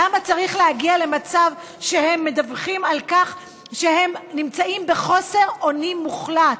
למה צריך להגיע למצב שהם מדווחים שהם נמצאים בחוסר אונים מוחלט?